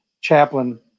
chaplain